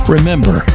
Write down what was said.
Remember